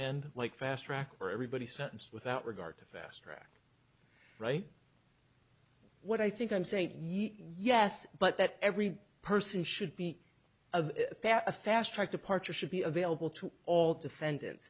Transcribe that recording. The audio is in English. and like fast track or everybody sentenced without regard to fastrack right what i think i'm saying yes but that every person should be a fair a fast track departure should be available to all defendants